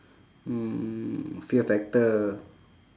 mm fear factor